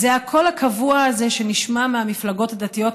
זה הקול הקבוע הזה שנשמע מהמפלגות הדתיות